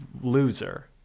loser